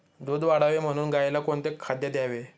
दूध वाढावे म्हणून गाईला कोणते खाद्य द्यावे?